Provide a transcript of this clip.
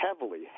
heavily